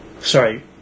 Sorry